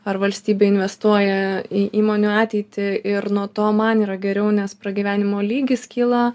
ar valstybė investuoja į įmonių ateitį ir nuo to man yra geriau nes pragyvenimo lygis kyla